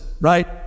right